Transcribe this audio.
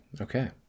okay